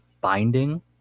binding